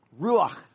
Ruach